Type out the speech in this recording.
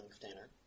container